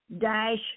dash